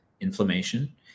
inflammation